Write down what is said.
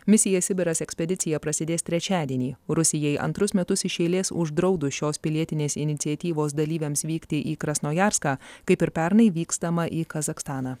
misija sibiras ekspedicija prasidės trečiadienį rusijai antrus metus iš eilės uždraudus šios pilietinės iniciatyvos dalyviams vykti į krasnojarską kaip ir pernai vykstama į kazakstaną